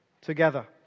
together